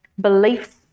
beliefs